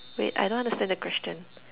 wait I don't understand the question